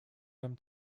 beim